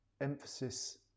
emphasis